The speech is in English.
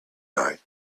night